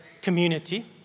community